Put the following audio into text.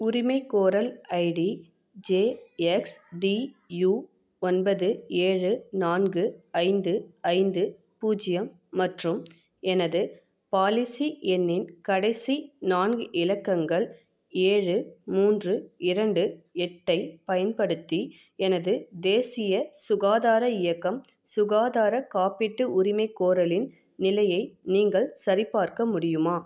உரிமைக்கோரல் ID J X T U ஒன்பது ஏழு நான்கு ஐந்து ஐந்து பூஜ்ஜியம் மற்றும் எனது பாலிசி எண்ணின் கடைசி நான்கு இலக்கங்கள் ஏழு மூன்று இரண்டு எட்டைப் பயன்படுத்தி எனது தேசிய சுகாதார இயக்கம் சுகாதார காப்பீட்டு உரிமைக்கோரலின் நிலையை நீங்கள் சரிபார்க்க முடியுமா